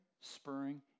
spurring